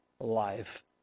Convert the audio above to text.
life